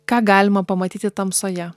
ką galima pamatyti tamsoje